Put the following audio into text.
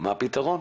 מה הפתרון?